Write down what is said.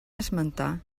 esmentar